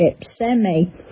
semi